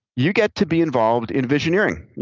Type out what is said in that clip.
you get to be involved in visioneering.